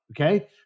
Okay